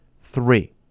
three